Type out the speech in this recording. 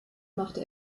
machte